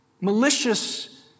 malicious